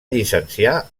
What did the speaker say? llicenciar